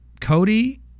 Cody